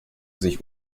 sich